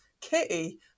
Kitty